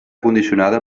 condicionada